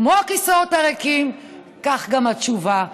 כמו הכיסאות הריקים, כך גם התשובה.